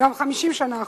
גם 50 שנה אחורה,